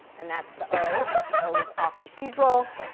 and that's the o. the o is octahedral.